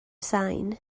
sain